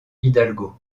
hidalgo